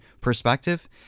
perspective